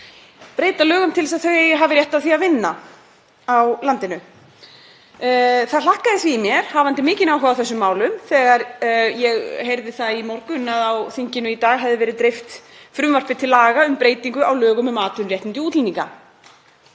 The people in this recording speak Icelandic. breyta lögum til þess að þau hafi rétt á því að vinna á landinu. Ég hlakkaði til, hafandi mikinn áhuga á þessum málum, þegar ég heyrði í morgun að á þinginu í dag hefði verið dreift frumvarpi til laga um breytingu á lögum um atvinnuréttindi útlendinga.